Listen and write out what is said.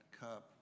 cup